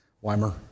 Weimer